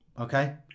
Okay